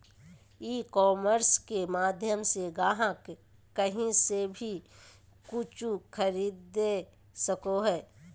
ई commerce के माध्यम से ग्राहक काही से वी कूचु खरीदे सको हइ